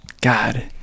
God